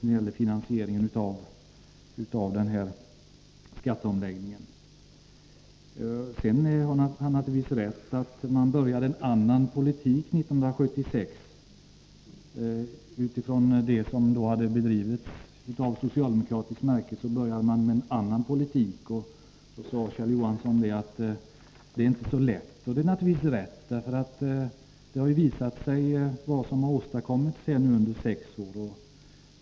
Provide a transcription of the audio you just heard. Kjell Johansson har naturligtvis rätt när han säger att man påbörjade en annan politik 1976 jämfört med den som bedrivits av socialdemokraterna. Kjell Johansson sade också att det inte var så lätt. Och det är naturligtvis riktigt. Det har ju visat sig vad den borgerliga regeringen har åstadkommit under sex år.